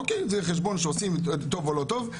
אוקיי זה חשבון שעושים טוב או לא טוב.